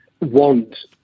want